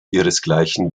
ihresgleichen